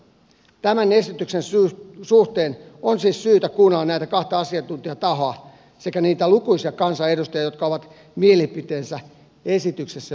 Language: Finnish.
tämän esityksen suhteen on siis syytä kuunnella näitä kahta asiantuntijatahoa sekä niitä lukuisia kansanedustajia jotka ovat mielipiteensä esityksestä jo lausuneet